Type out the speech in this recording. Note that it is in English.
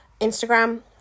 Instagram